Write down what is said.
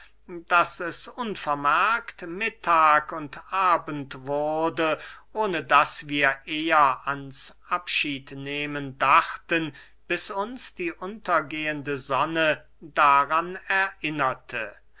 daß es unvermerkt mittag und abend ward ohne daß wir eher ans abschiednehmen dachten bis uns die untergehende sonne daran erinnerte